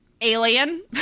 alien